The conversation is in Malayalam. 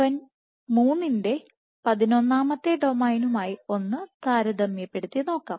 എൻ 3 ന്റെ പതിനൊന്നാമത്തെ ഡൊമെയ്നുമായി ഒന്ന് താരതമ്യപ്പെടുത്തി നോക്കാം